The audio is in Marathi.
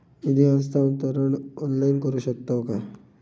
निधी हस्तांतरण ऑनलाइन करू शकतव काय?